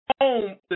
home